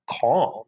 calm